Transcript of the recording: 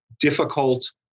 difficult